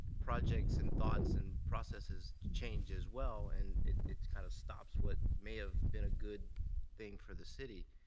projects and thoughts and processes change as well, and it kind of stops what may have been a good thing for the city,